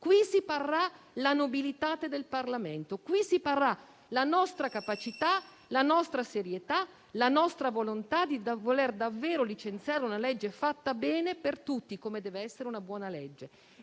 Qui si parrà la *nobilitate* del Parlamento, qui si parrà la nostra capacità, la nostra serietà, la nostra volontà di voler davvero licenziare una legge fatta bene per tutti, come deve essere una buona legge.